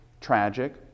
tragic